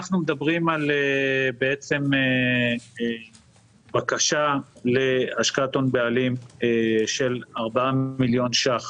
אנחנו מדברים על בקשה להשקעת הון בעלים של 4 מיליון ש"ח